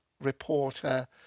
reporter